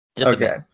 Okay